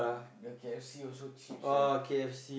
the the K_F_C also cheap sia